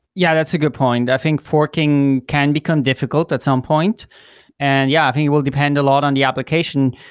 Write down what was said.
yeah, that's a good point. i think forking can become difficult at some point and yeah, i think it will depend a lot on the application.